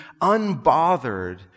unbothered